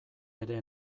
ere